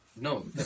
No